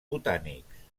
botànics